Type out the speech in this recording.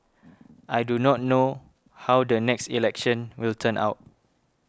I do not know how the next election will turn out